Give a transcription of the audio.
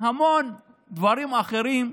המון דברים אחרים.